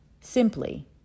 simply